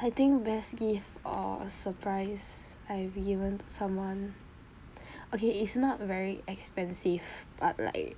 I think best gift or surprise I've given to someone okay is not very expensive but like